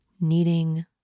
Needing